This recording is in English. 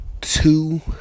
two